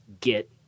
get